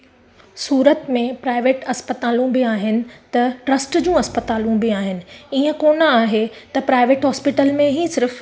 सूरत में प्राइवेट अस्पतालूं बि आहिनि त ट्रस्ट जो अस्पतालूं बि आहिनि ईअं कोन आहे त प्राइवेट हॉस्पिटल में ई सिर्फ़